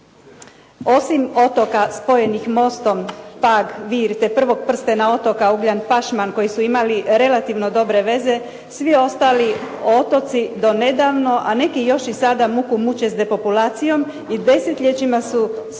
osim otoka spojenih mostom Pag, Vir, te prvog prstena otoka Ugljan, Pašman koji su imali relativno dobre veze. Svi ostali otoci do nedavno, a neki još i sada muku muče s depopulacijom i desetljećima su spadali